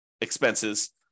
expenses